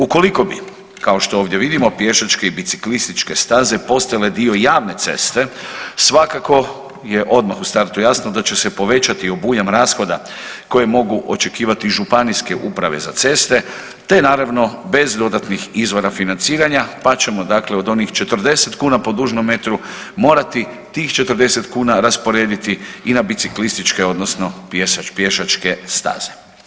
Ukoliko bi, kao što ovdje vidimo, pješačke i biciklističke staze postale dio javne ceste, svakako je odmah u startu jasno da će se povećati obujam rashoda koje mogu očekivati županijske uprave za ceste, te, naravno, bez dodatnih izvora financiranja pa ćemo dakle od onih 40 kuna po dužnom metru, morati tih 40 kuna rasporediti i na biciklističke, odnosno pješačke staze.